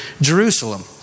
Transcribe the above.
Jerusalem